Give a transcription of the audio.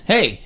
Hey